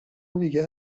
دیگه